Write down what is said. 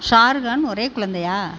ஷாருக்கான் ஒரே குழந்தையா